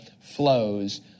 flows